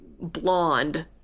blonde